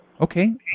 Okay